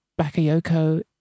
bakayoko